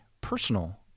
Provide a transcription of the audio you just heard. personal